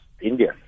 India